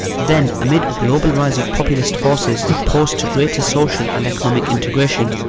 then, amid a global rise of populist forces opposed to greater social and economic integration,